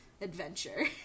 adventure